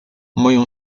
moją